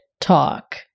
talk